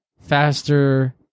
faster